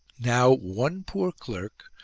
now one poor clerk,